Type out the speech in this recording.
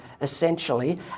essentially